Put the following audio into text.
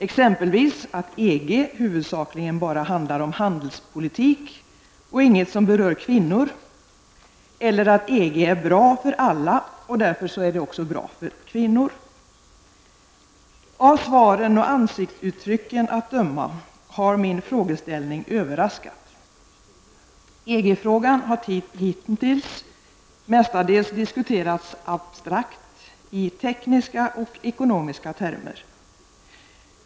Exempelvis har man svarat att EG huvudsakligen handlar om handelspolitik och inte är något som berör kvinnor eller att EG är bra för alla och därför också är bra för kvinnor. Av svaren och ansiktsuttrycken att döma har min frågeställning överraskat. EG-frågan har hittills mestadels diskuterats abstrakt i tekniska och ekonomiska termer.